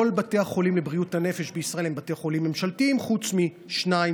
כל בתי החולים לבריאות הנפש בישראל הם בתי חולים ממשלתיים חוץ משניים,